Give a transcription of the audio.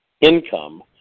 income